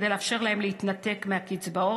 כדי לאפשר להם להתנתק מהקצבאות,